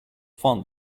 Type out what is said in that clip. fun